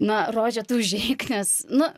na rože tu užeik nes nu